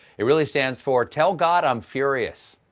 it really stands for, tell god i'm furious.